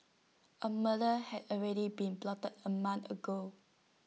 A murder had already been plotted A month ago